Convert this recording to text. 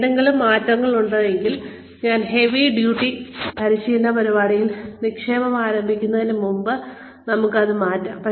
എന്തെങ്കിലും മാറ്റേണ്ടതുണ്ടെങ്കിൽ ഈ വളരെ ഹെവി ഡ്യൂട്ടി പരിശീലന പരിപാടിയിൽ നിക്ഷേപം ആരംഭിക്കുന്നതിന് മുമ്പ് നമുക്ക് അത് മാറ്റാം